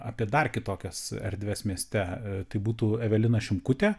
apie dar kitokias erdves mieste tai būtų evelina šimkutė